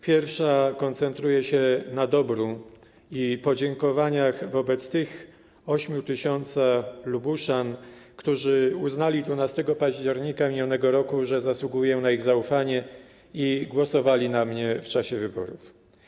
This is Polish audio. Pierwsza koncentruje się na dobru i podziękowaniach wobec tych 8 tys. Lubuszan, którzy uznali 12 października minionego roku, że zasługuję na ich zaufanie, głosowali na mnie w czasie wyborów.